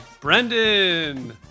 Brendan